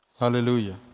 Hallelujah